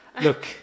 Look